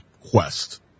Quest